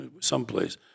someplace